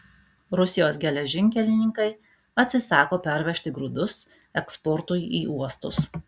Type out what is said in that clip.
rusijos geležinkelininkai atsisako pervežti grūdus eksportui į uostus